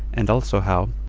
and also how,